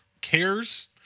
cares